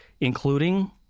including